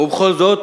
ובכל זאת